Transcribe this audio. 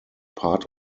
part